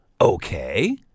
okay